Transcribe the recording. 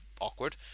awkward